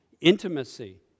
Intimacy